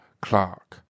Clark